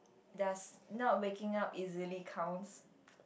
does not waking up easily counts